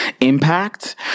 impact